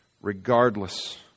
regardless